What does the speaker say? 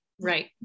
right